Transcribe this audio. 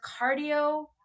cardio